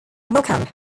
morecambe